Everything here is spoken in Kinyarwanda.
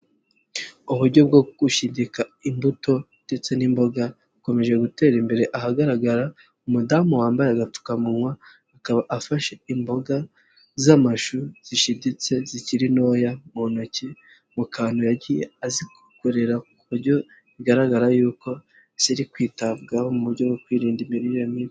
Uburyo bwo gushidika imbuto ndetse n'imboga bukomeje gutera imbere, ahagaragara umudamu wambaye agapfukamunwa, akaba afashe imboga z'amashu zishiditse, zikiri ntoya mu ntoki mu kantu yagiye azikorera ku buryo bigaragara yuko ziri kwitabwaho mu buryo bwo kwirinda imirire mibi.